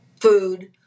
food